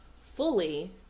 fully